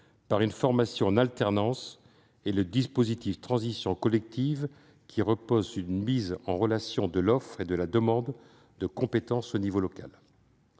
par une formation en alternance, et le dispositif Transitions collectives, qui repose sur une mise en relation de l'offre et de la demande de compétences à l'échelon local.